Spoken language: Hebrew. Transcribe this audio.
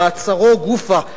במעצרו גופא,